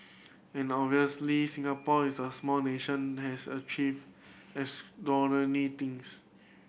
and obviously Singapore is a small nation that has achieved extraordinary things